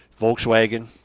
Volkswagen